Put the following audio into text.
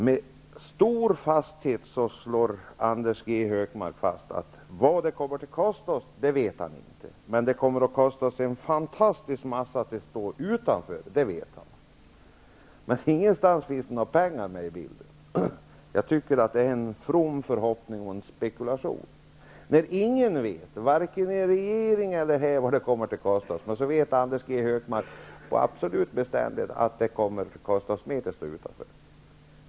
Med stort eftertryck slår Anders G Högmark fast att vad EG-medlemskapet kommer att kosta oss vet han inte, men han vet att det kommer att kosta oss en fantastisk massa att stå utanför. Ingenstans finns det några pengar med i bilden. Jag tycker att vad vi får höra är en from förhoppning och en spekulation. Ingen, vare sig i regeringen eller här, vet vad det kommer att kosta, men Anders G Högmark vet absolut bestämt att det kommer att kosta mer att stå utanför.